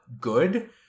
good